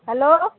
hello